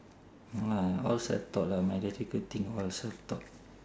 no lah all self taught lah my electrical thing all self taught